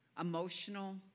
emotional